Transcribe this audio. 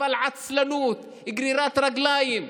אבל עצלנות, גרירת רגליים,